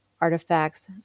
artifacts